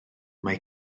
mae